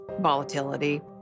volatility